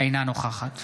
אינה נוכחת